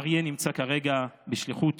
אריה נמצא כרגע בשליחות